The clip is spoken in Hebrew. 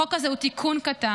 החוק הזה הוא תיקון קטן,